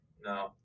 No